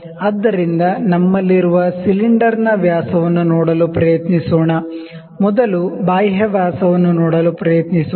ಆದ್ದರಿಂದ ನಮ್ಮಲ್ಲಿರುವ ಸಿಲಿಂಡರ್ನ ವ್ಯಾಸವನ್ನು ನೋಡಲು ಪ್ರಯತ್ನಿಸೋಣ ಮೊದಲು ಬಾಹ್ಯ ವ್ಯಾಸವನ್ನು ನೋಡಲು ಪ್ರಯತ್ನಿಸೋಣ